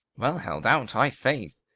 well held out, i' faith!